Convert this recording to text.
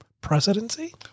presidency